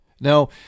Now